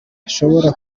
hashobora